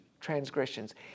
transgressions